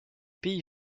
pays